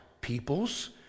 peoples